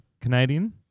Canadian